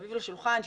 מסביב לשולחן,